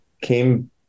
came